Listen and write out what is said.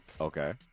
Okay